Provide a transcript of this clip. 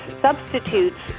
substitutes